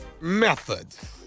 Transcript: methods